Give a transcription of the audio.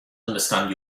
understand